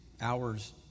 hours